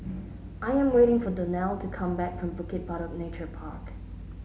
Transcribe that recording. I am waiting for Donell to come back from Bukit Batok Nature Park